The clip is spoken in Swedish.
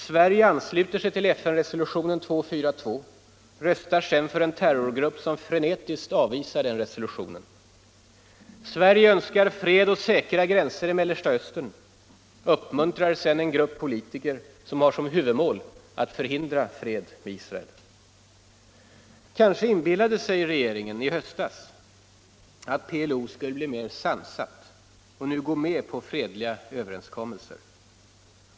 Sverige ansluter sig till FN-resolutionen 242 — röstar sedan för en terrorgrupp som frenetiskt avvisar denna resolution. Sverige önskar fred och säkra gränser i Mellersta Östern — uppmuntrar sedan en grupp politiker som har som huvudmål att förhindra fred mot Israel.” Kanske inbillade sig regeringen i höstas att PLO skulle bli mer sansat och gå med på fredliga överenskommelser.